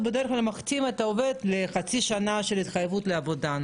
בדרך כלל הוא מחתים את העובד לחצי שנה של התחייבות לעבודה,